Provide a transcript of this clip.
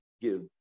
give